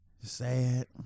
sad